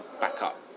backup